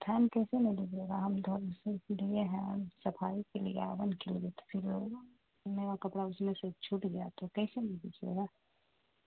fine کیسے نہیں لیجے گا ہم سے پ لیے ہیں صفائی کے لیے کے لیے تو پھر لے گا نا کپڑا اس میں سے چھوٹ گیا تو کیسے نہیں لیجے گا